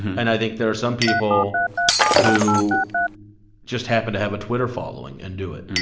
and i think there are some people who just happen to have a twitter following and do it